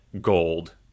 gold